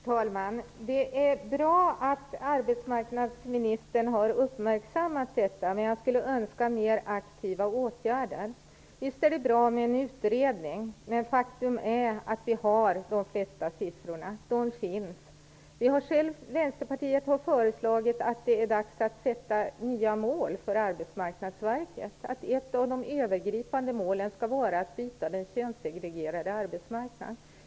Herr talman! Det är bra att arbetsmarknadsministern har uppmärksammat detta. Men jag skulle önska mer aktiva åtgärder. Visst är det bra med en utredning, men faktum är att vi har de flesta siffrorna. De finns. Vänsterpartiet har föreslagit att det är dags att sätta nya mål för Arbetsmarknadsverket och att ett av målen skall vara att bryta den könssegregerade arbetsmarknaden.